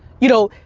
you know,